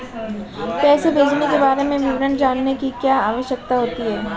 पैसे भेजने के बारे में विवरण जानने की क्या आवश्यकता होती है?